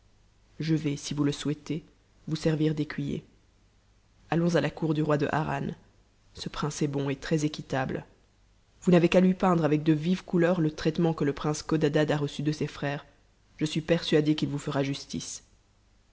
je vais si vous le souhaitez vous servir d'écuyer allons à la cour du roi de harran ce prince est bon et très équitame vous n'avez qu'à lui peindre avec de vives couleurs le traitement que le prince godadad a reçu de ses frères je suis persuadé qu'il vous fera justice